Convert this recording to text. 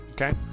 Okay